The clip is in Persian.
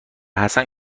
حسن